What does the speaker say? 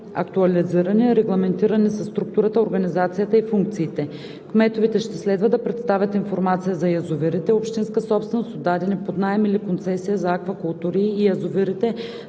актуализирани, регламентирани са структурата, организацията и функциите. Кметовете ще следва да представят информация за язовирите – общинска собственост, отдадени под наем или концесия за аквакултури, и язовирите,